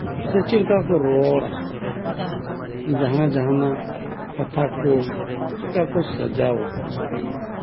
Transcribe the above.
ᱥᱮ ᱪᱮᱫ ᱠᱟ ᱠᱚ ᱨᱚᱲᱟ ᱡᱟᱸᱦᱟᱭ ᱡᱟᱸᱦᱟᱱᱟᱜ ᱠᱟᱛᱷᱟ ᱠᱚ ᱪᱮᱫ ᱠᱟ ᱠᱚ ᱥᱟᱡᱟᱣᱟ